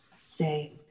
say